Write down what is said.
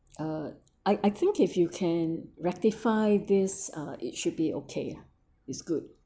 uh I I think if you can rectify this uh it should be okay ah is good